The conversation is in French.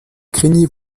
craignez